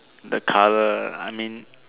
the color I mean